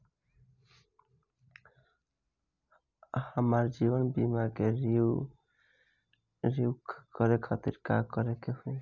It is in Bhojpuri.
हमार जीवन बीमा के रिन्यू करे खातिर का करे के होई?